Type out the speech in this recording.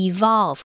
Evolve